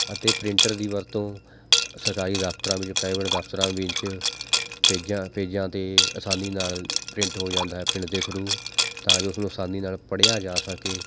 ਅਤੇ ਪ੍ਰਿੰਟਰ ਦੀ ਵਰਤੋਂ ਸਰਕਾਰੀ ਦਫ਼ਤਰਾਂ ਵਿੱਚ ਪ੍ਰਾਈਵੇਟ ਦਫਤਰਾਂ ਵਿੱਚ ਪੇਜਾਂ ਪੇਜਾਂ 'ਤੇ ਆਸਾਨੀ ਨਾਲ਼ ਪ੍ਰਿੰਟ ਹੋ ਜਾਂਦਾ ਹੈ ਪ੍ਰਿੰਟ ਦੇ ਥਰੂ ਤਾਂ ਜੋ ਉਸਨੂੰ ਆਸਾਨੀ ਨਾਲ਼ ਪੜ੍ਹਿਆ ਜਾ ਸਕੇ